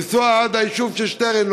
לנסוע עד היישוב של שטרן,